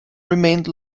remained